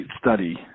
study